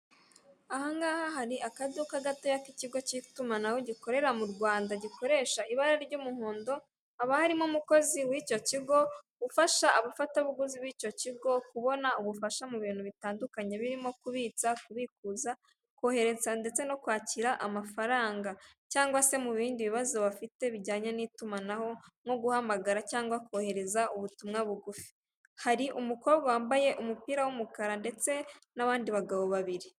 Aha ngaha hari akaduka gatoya k'ikigo cy'itumanaho gikorera mu Rwanda gikoresha ibara ry'umuhondo, haba harimo umukozi w'icyo kigo ufasha abafatabuguzi b'icyo kigo kubona ubufasha mu bintu bitandukanye birimo kubitsa, bikuza, kohereza ndetse no kwakira amafaranga cyangwa se mu bindi bibazo bafite bijyanye n'itumanaho, nko guhamagara cyangwa kohereza ubutumwa bugufi. Hari umukobwa wambaye umupira w'umukara ndetse n'abandi bagabo babiri.